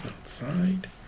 outside